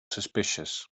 suspicious